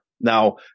Now